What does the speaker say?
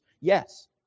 Yes